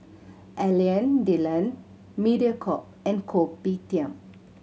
Alain Delon Mediacorp and Kopitiam